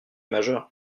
majeure